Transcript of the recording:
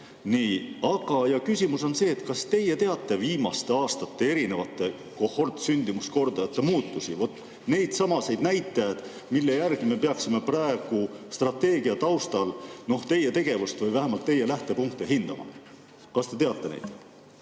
järgi. Küsimus on see: kas teie teate viimaste aastate erinevate kohortsündimuskordajate muutusi? Neid samasid näitajaid, mille järgi me peaksime praegu strateegia taustal teie tegevust või vähemalt teie lähtepunkte hindama. Kas te teate neid?